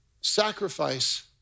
sacrifice